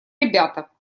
ребята